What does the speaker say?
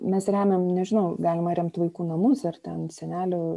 mes remiam nežinau galima remt vaikų namus ar ten senelių